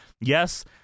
Yes